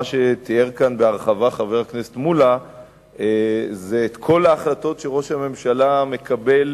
מה שתיאר כאן בהרחבה חבר הכנסת מולה זה את כל ההחלטות שראש הממשלה מקבל